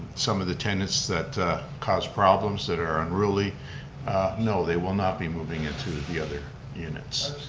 some of the tenants that cause problems that are unruly no, they will not be moving into the other units.